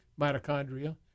mitochondria